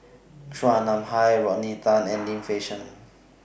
Chua Nam Hai Rodney Tan and Lim Fei Shen